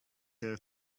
their